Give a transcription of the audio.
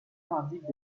indiquent